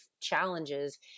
challenges